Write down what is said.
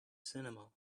cinema